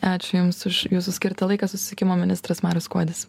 ačiū jums už jūsų skirtą laiką susisiekimo ministras marius skuodis